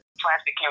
plastic